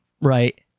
right